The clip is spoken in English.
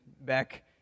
back